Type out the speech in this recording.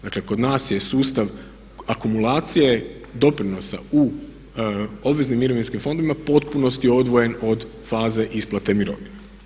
Dakle kod nas je sustav akumulacije, doprinosa u obveznim mirovinskim fondovima u potpunosti odvojen od faze isplate mirovina.